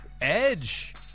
edge